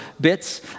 bits